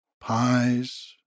pies